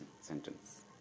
sentence